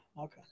okay